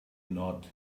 nod